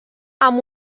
amb